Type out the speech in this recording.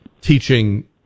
teaching